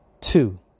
Two